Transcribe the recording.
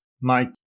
Mike